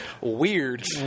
weird